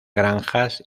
granjas